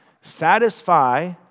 satisfy